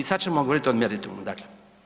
I sad ćemo govoriti o meritumu, dakle.